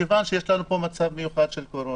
מכיוון שיש לנו פה מצב מיוחד של קורונה,